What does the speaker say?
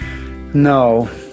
No